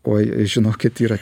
oi žinokit yra